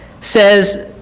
says